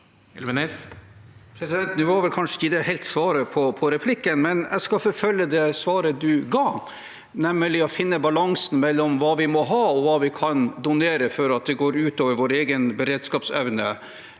Det var kanskje ikke helt svar på replikken, men jeg skal forfølge det svaret statsråden ga, nemlig å finne balansen mellom hva vi må ha, og hva vi kan donere før det går ut over vår egen beredskapsevne